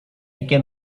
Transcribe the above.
can